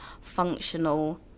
functional